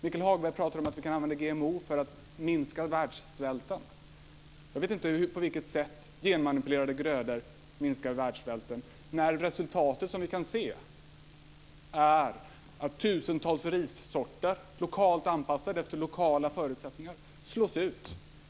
Michael Hagberg pratar om att vi kan använda GMO för att minska världssvälten. Jag vet inte på vilket sätt genmanipulerade grödor minskar världssvälten när resultatet är att tusentals rissorter, lokalt anpassade efter lokala förutsättningar, slås ut.